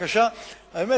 האמת,